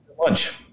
lunch